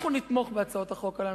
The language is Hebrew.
אנחנו נתמוך בהצעות החוק הללו,